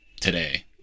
today